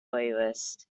playlist